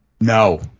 No